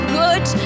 good